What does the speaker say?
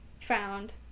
found